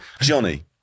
Johnny